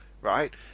Right